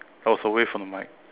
I was away from the mic